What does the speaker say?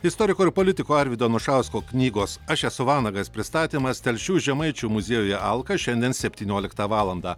istoriko ir politiko arvydo anušausko knygos aš esu vanagas pristatymas telšių žemaičių muziejuje alka šiandien septynioliktą valandą